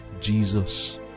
jesus